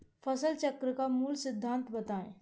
फसल चक्र का मूल सिद्धांत बताएँ?